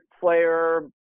player